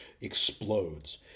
explodes